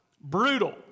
Brutal